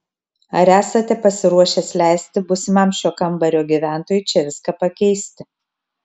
ar esate pasiruošęs leisti būsimam šio kambario gyventojui čia viską pakeisti